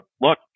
look